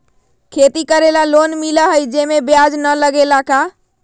खेती करे ला लोन मिलहई जे में ब्याज न लगेला का?